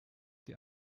die